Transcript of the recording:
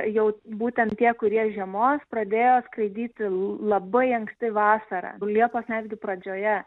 jau būtent tie kurie žiemos pradėjo skraidyti labai anksti vasarą liepos netgi pradžioje